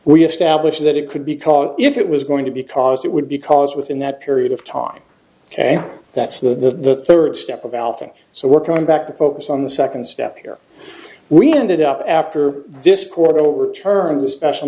we established that it could because if it was going to be cause it would be cause within that period of time and that's the third step of al thing so we're coming back to focus on the second step here we ended up after this court overturned the special